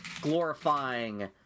glorifying